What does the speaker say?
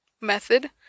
method